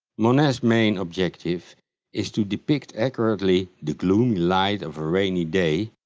monet's main objective is to depict accurately the gloomy light of a rainy day,